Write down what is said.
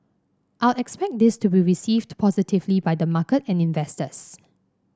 I'll expect this to be received positively by the market and investors